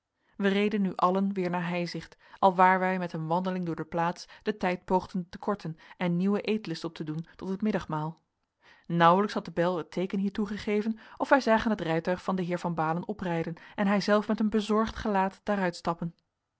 wij reden nu allen weer naar heizicht alwaar wij met een wandeling door de plaats den tijd poogden te korten en nieuwen eetlust op te doen tot het middagmaal nauwelijks had de bel het teeken hiertoe gegeven of wij zagen het rijtuig van den heer van baalen oprijden en hijzelf met een bezorgd gelaat daaruit stappen